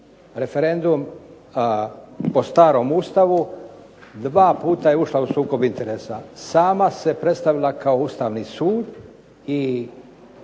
referendum po starom Ustavu dva puta je ušla u sukob interesa. Sama se predstavila kao Ustavni sud i